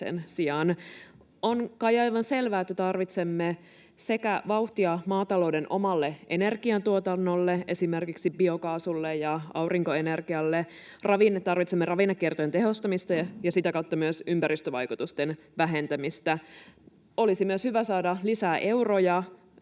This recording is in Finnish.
On kai aivan selvää, että tarvitsemme vauhtia maatalouden omalle energiantuotannolle, esimerkiksi biokaasulle ja aurinkoenergialle, ja tarvitsemme ravinnekiertojen tehostamista ja sitä kautta myös ympäristövaikutusten vähentämistä. Olisi myös hyvä saada ruokaketjuun